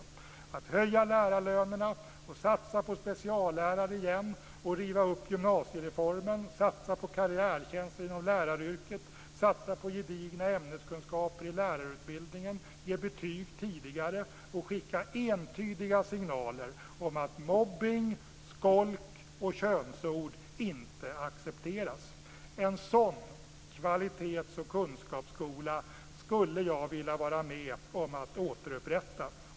Det är hög tid att höja lärarlönerna, att satsa på speciallärare igen, att riva upp gymnasiereformen, att satsa på karriärtjänster inom läraryrket, att satsa på gedigna ämneskunskaper i lärarutbildningen, att ge betyg tidigare och att skicka entydiga signaler om att mobbning, skolk och könsord inte accepteras. En sådan kvalitets och kunskapsskola skulle jag vilja vara med om att återupprätta.